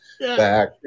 back